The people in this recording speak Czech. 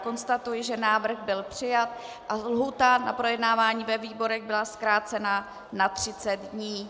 Konstatuji, že návrh byl přijat a lhůta na projednání ve výborech byla zkrácena na 30 dní.